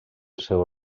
seu